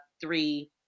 three